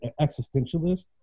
existentialist